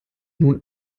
nun